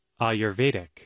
Ayurvedic